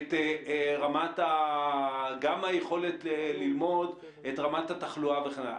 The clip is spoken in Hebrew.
גם היכולת ללמוד את רמת התחלואה וכן הלאה.